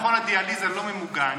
מכון הדיאליזה לא ממוגן